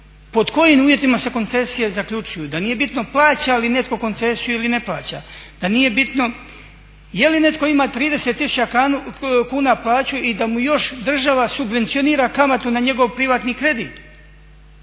pod kojim uvjetima se koncesije zaključuju, da nije bitno plaća li netko koncesiju ili ne plaća, da nije bitno je li netko ima 30 tisuća kuna plaću i da mu još država subvencionira kamatu na njegov privatni kredit?